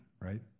right